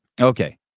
Okay